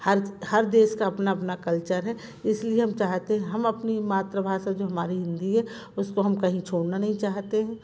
हर हर देश का अपना अपना कल्चर है इसलिए हम चाहते हैं हम अपनी मातृभाषा जो हमारी हिंदी है उसको हम कहीं छोड़ना नहीं चाहते हैं